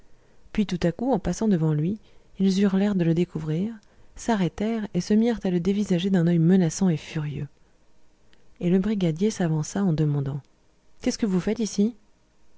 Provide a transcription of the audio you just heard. puis tout à coup en passant devant lui ils eurent l'air de le découvrir s'arrêtèrent et se mirent à le dévisager d'un oeil menaçant et furieux et le brigadier s'avança en demandant qu'est-ce que vous faites ici